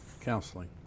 counseling